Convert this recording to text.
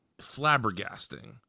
flabbergasting